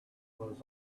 was